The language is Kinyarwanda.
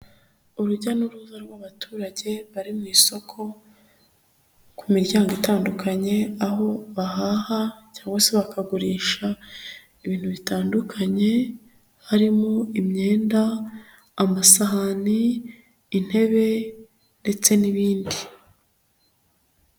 Urujya n'uruza rw'abaturage bari mu isoko, ku miryango itandukanye aho bahaha cyangwa se bakagurisha, ibintu bitandukanye, harimo imyenda, amasahani, intebe, ndetse n'ibindi.